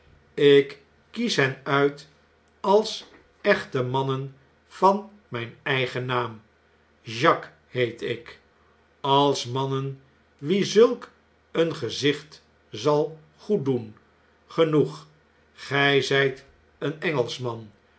kies hen uit als echte mannen van mijn eigen naam jacques heet ik als mannen wien zulk een gezicht zal goeddoen genoeg g j zp een engelschman